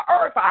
earth